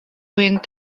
wind